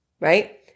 Right